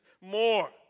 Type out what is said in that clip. more